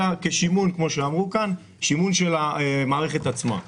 אלא לשימון של המערכת עצמה, כמו שאמרו כאן.